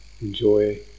Enjoy